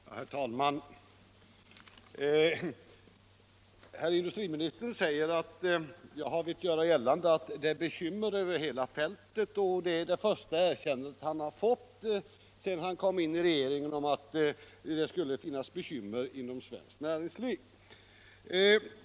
Herr talman! Herr industriministern säger att jag har gjort gällande att det råder bekymmer över hela fältet och att det är det första erkännande han har fått sedan han kom in i regeringen av att det skulle finnas bekymmer inom svenskt näringsliv.